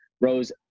Rose